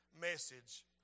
message